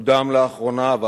שקודם לאחרונה,